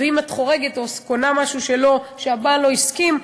ואם את חורגת או קונה משהו שהבעל לא הסכים,